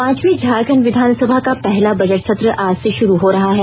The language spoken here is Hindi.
पांचवीं झारखंड विधानसभा का पहला बजट सत्र आज से शुरू हो रहा है